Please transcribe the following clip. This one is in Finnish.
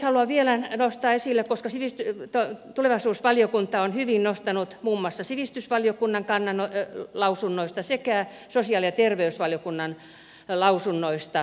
haluan vielä nostaa esille tärkeitä kohtia mitä tulevaisuusvaliokunta on hyvin nostanut muun muassa sivistysvaliokunnan lausunnoista sekä sosiaali ja terveysvaliokunnan lausunnoista